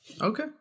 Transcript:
Okay